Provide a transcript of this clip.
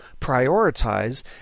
prioritize